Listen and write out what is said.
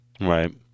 Right